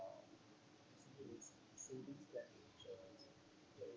so does that